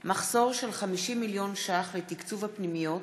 קארין אלהרר ונורית קורן בנושא: מחסור של 50 מיליון ש"ח לתקצוב הפנימיות